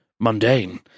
mundane